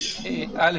א',